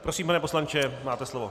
Prosím, pane poslanče, máte slovo.